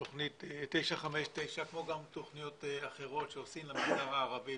תוכנית 959 כמו גם תוכניות אחרות שעושים לחברה הערבית